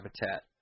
habitat